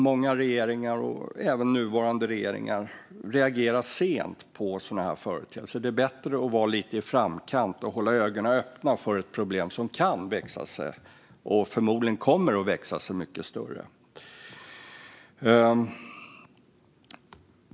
Många regeringar, även den nuvarande, reagerar sent på sådana här företeelser. Jag tycker att det är bättre att vara lite i framkant och hålla ögonen öppna för ett problem som kan och förmodligen kommer att växa sig mycket större.